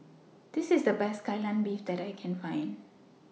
This IS The Best Kai Lan Beef that I Can Find